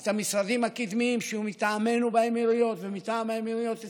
את המשרדים הקדמיים שיהיו מטעמנו באמירויות ומטעם האמירויות אצלנו.